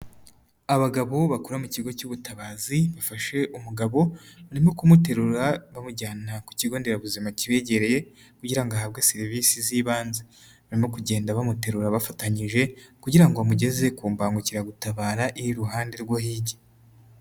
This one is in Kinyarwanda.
Abagabo bakora mu kigo cy'ubutabazi bafashe umugabo, barimo kumuterura bamujyana ku kigonderabuzima kibegereye, kugira ngo ahabwe serivisi z'ibanze. Barimo kugenda bamuterura bafatanyije, kugira ngo bamugeze ku mbangukiragutabara iri iruhande rwo hirya.